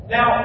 Now